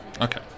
Okay